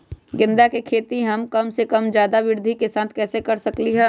गेंदा के खेती हम कम जगह में ज्यादा वृद्धि के साथ कैसे कर सकली ह?